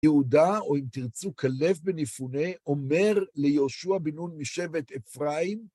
יהודה, או אם תרצו, כלב בן יפונה, אומר ליהושוע בן נון משבט אפרים,